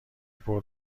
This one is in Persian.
برد